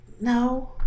No